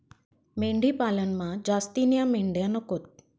मेंढी पालनमा जास्तीन्या मेंढ्या नकोत